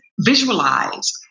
visualize